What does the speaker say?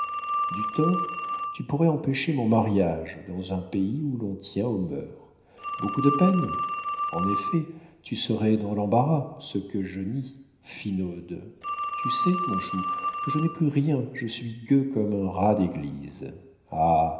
du tort tu pourrais empêcher mon mariage dans un pays où l'on tient aux mœurs beaucoup de peine en effet tu serais dans l'embarras ce que je nie finaude tu sais mon chou que je n'ai plus rien je suis gueux comme un rat d'église ah